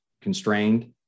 constrained